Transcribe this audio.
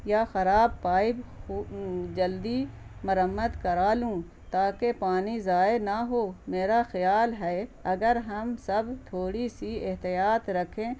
یا خراب پائپ جلدی مرمت کرا لوں تاکہ پانی ضائع نہ ہو میرا خیال ہے اگر ہم سب تھوڑی سی احتیاط رکھیں